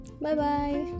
Bye-bye